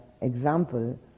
example